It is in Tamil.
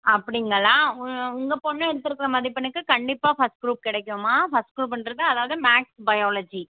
அப்படிங்களா உ உங்கள் பொண்ணு எடுத்துருக்கற மதிப்பெண்ணுக்கு கண்டிப்பாக ஃபர்ஸ்ட் குரூப் கிடைக்கும்மா ஃபர்ஸ்ட் குரூப்புன்றது அதாவது மேக்ஸ் பயோலஜி